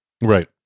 Right